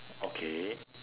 okay